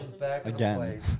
Again